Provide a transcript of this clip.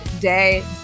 Day